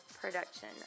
production